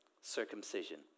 circumcision